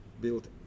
built